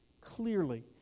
Clearly